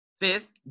Fifth